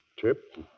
tip